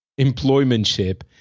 employmentship